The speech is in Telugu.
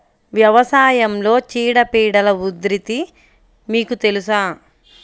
వ్యవసాయంలో చీడపీడల ఉధృతి మీకు తెలుసా?